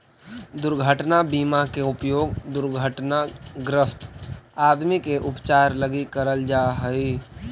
दुर्घटना बीमा के उपयोग दुर्घटनाग्रस्त आदमी के उपचार लगी करल जा हई